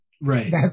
Right